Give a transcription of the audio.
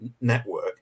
network